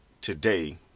today